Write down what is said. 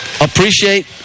appreciate